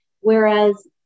whereas